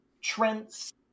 Trent's